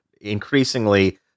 increasingly